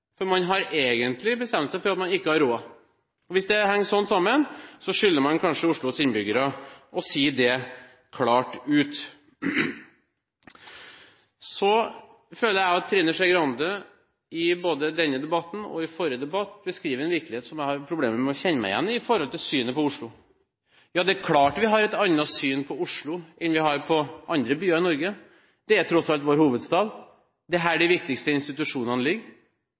– man har egentlig bestemt seg for at man ikke har råd. Hvis det henger sånn sammen, skylder man kanskje Oslos innbyggere å si det klart. Så føler jeg at Skei Grande, både i denne debatten og i forrige debatt, beskriver en virkelighet som jeg har problemer med å kjenne meg igjen i når det gjelder synet på Oslo. Det er klart vi har et annet syn på Oslo enn vi har på andre byer i Norge. Det er tross alt vår hovedstad. Det er her de viktigste institusjonene ligger.